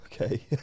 Okay